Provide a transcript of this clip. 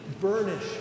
burnish